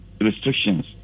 restrictions